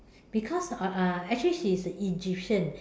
because uh uh actually she's Egyptian